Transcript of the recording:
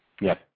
Yes